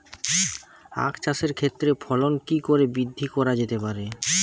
আক চাষের ক্ষেত্রে ফলন কি করে বৃদ্ধি করা যেতে পারে?